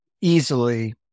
easily